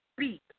speak